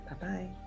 bye-bye